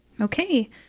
Okay